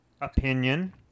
opinion